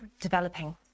developing